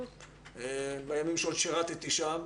בימים שעוד שירתי שם,